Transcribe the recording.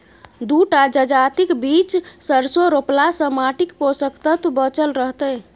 दू टा जजातिक बीच सरिसों रोपलासँ माटिक पोषक तत्व बचल रहतै